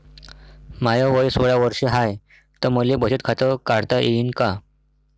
माय वय सोळा वर्ष हाय त मले बचत खात काढता येईन का?